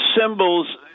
symbols